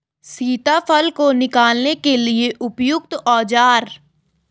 सीताफल को निकालने के लिए उपयुक्त औज़ार?